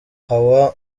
sumaya